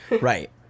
Right